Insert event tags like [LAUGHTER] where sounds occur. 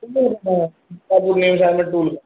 [UNINTELLIGIBLE]